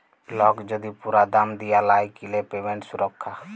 lock যদি পুরা দাম দিয়া লায় কিলে পেমেন্ট সুরক্ষা